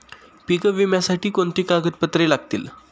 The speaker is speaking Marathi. पीक विम्यासाठी कोणती कागदपत्रे लागतील?